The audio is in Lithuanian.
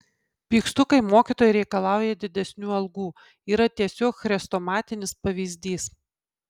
pykstu kai mokytojai reikalauja didesnių algų yra tiesiog chrestomatinis pavyzdys